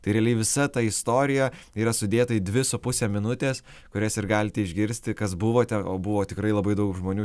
tai realiai visa ta istorija yra sudėta į dvi su puse minutės kurias ir galite išgirsti kas buvote o buvo tikrai labai daug žmonių